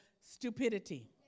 stupidity